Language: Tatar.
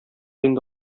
инде